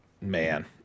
man